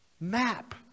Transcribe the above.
map